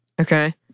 okay